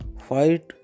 fight